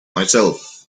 myself